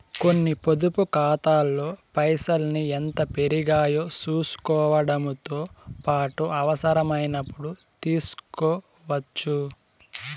కొన్ని పొదుపు కాతాల్లో పైసల్ని ఎంత పెరిగాయో సూసుకోవడముతో పాటు అవసరమైనపుడు తీస్కోవచ్చు